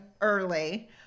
early